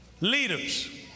Leaders